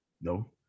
No